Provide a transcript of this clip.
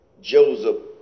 Joseph